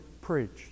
preached